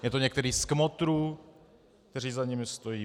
Je to některý z kmotrů, kteří za nimi stojí.